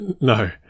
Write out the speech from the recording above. no